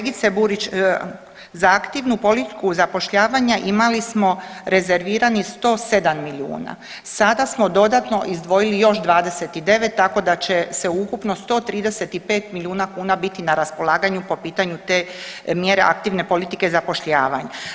Pa kolegice Burić, za aktivnu politiku zapošljavanja imali smo rezerviranih 107 milijuna, sada smo dodatno izdvojili još 29 tako da će se ukupno 135 milijuna kuna biti na raspolaganju po pitanju te mjere aktivne politike zapošljavanja.